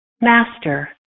Master